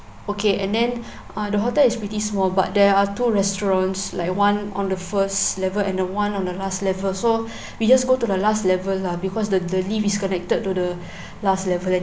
okay and then uh the hotel is pretty small but there are two restaurants like one on the first level and the one on the last level so we just go to the last level lah because the the lift is connected to the last level